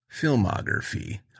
Filmography